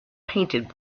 painted